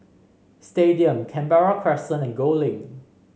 Stadium Canberra Crescent and Gul Link